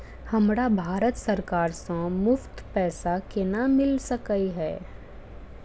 हमरा भारत सरकार सँ मुफ्त पैसा केना मिल सकै है?